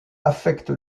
affecte